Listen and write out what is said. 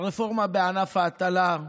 הרפורמה בענף ההטלה,